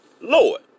Lord